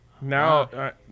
Now